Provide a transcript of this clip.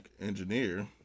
engineer